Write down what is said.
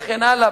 וכן הלאה,